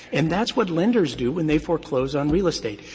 and that's what lenders do when they foreclose on real estate.